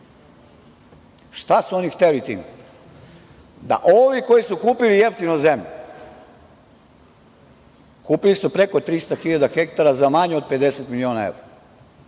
su oni hteli time? Da ovi koji su kupili jeftino zemlju, kupili su preko 300.000 hektara za manje od 50 miliona evra,